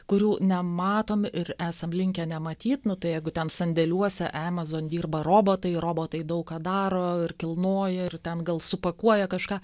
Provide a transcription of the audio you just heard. kurių nematom ir esam linkę nematyt nu tai jeigu ten sandėliuose amazon dirba robotai robotai daug ką daro ir kilnoja ir ten gal supakuoja kažką